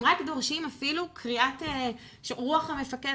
הם רק דורשים אפילו קריאת רוח המפקד,